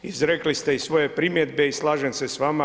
Izrekli ste i svoje primjedbe i slažem se sa vama.